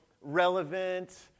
relevant